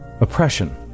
...oppression